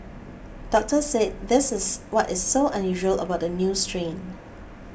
doctors said this is what is so unusual about the new strain